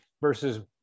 versus